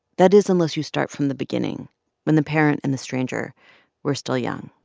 that is unless you start from the beginning when the parent and the stranger were still young